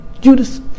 Judas